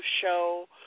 Show